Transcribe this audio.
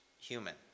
human